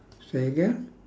say again